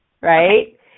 right